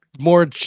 more